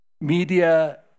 media